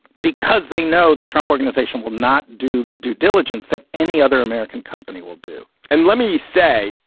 because they know the trump organization will not do the due diligence that any other american company will do and let me say,